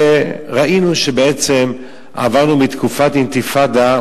וראינו שבעצם עברנו מתקופת אינתיפאדה,